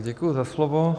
Děkuji za slovo.